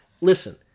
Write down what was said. Listen